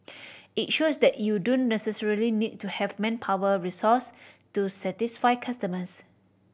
it shows that you don't necessarily need to have manpower resource to satisfy customers